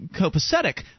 copacetic